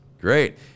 Great